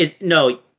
no